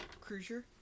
Cruiser